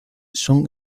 son